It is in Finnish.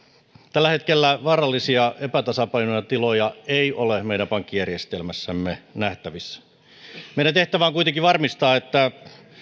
tällä hetkellä vaarallisia epätasapainotiloja ei ole meidän pankkijärjestelmässämme nähtävissä meidän tehtävämme on kuitenkin varmistaa että